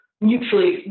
mutually